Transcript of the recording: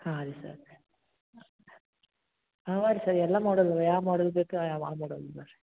ಹಾಂ ರೀ ಸರ್ ಇವೆ ರೀ ಸರ್ ಎಲ್ಲ ಮಾಡಲ್ಲು ಯಾವ ಮಾಡಲ್ ಬೇಕು ಆ ಮಾಡಲ್ ಬನ್ರಿ